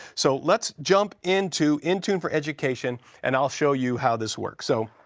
so, let's jump into intune for education, and i will show you how this works. so